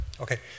Okay